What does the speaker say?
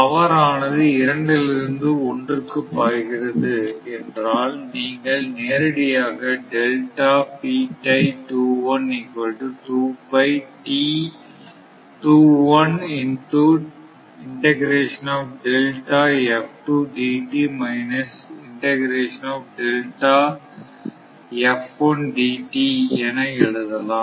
power ஆனது இரண்டிலிருந்து ஒன்றுக்கு பாய்கிறது என்றால் நீங்கள் நேரடியாக என எழுதலாம்